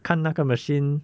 看那个 machine